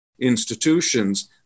institutions